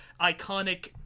iconic